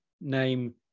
name